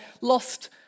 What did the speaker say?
lost